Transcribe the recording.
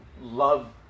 love